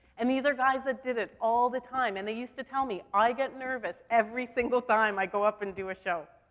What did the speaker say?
and these are guys that did it all the time. and they used to tell me, i get nervous every single time i go up and do a show.